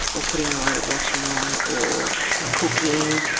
or putting a load of washing on, or cooking.